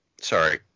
sorry